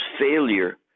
failure